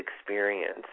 experience